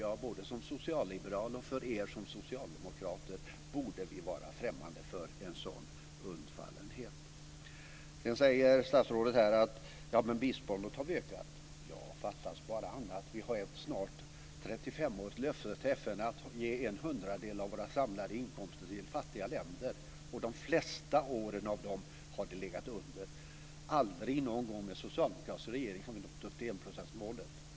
Både jag som socialliberal och ni som socialdemokrater borde vara främmande för en sådan undfallenhet. Statsrådet säger att vi har ökat biståndet. Fattas bara annat. Vi har ett snart trettiofemårigt löfte till FN att ge en hundradel av våra samlade inkomster till fattiga länder. De flesta av de år har biståndet legat under den nivån. Vi har aldrig någonsin med socialdemokratisk regeringen nått upp till enprocentsmålet.